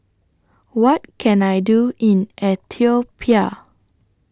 What Can I Do in Ethiopia